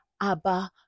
Abba